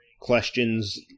questions